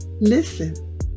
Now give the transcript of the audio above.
Listen